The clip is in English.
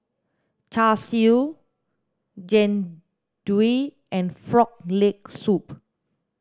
char siu jian dui and frog leg soup